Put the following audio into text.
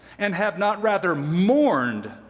and have not rather mourned,